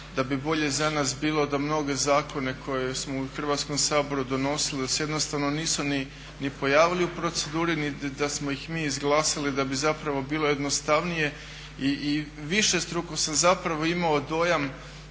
da bi bolje za nas bilo da mnoge zakone koje smo u Hrvatskom saboru donosili da se jednostavno nisu ni pojavili u proceduri niti da smo ih mi izglasali da bi zapravo bilo jednostavnije i višestruko sam zapravo imao dojam